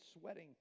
sweating